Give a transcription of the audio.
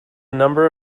number